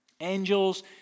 Angels